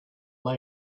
late